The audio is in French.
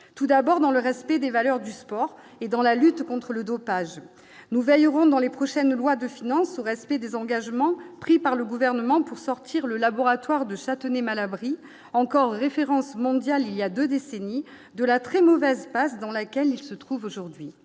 tout d'abord, dans le respect des valeurs du sport et dans la lutte contre le dopage dans les prochaines lois de finance au respect des engagements pris par le gouvernement pour sortir le laboratoire de Châtenay-Malabry encore référence mondiale il y a 2 décennies de la très mauvaise passe dans laquelle se trouve aujourd'hui